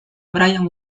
brian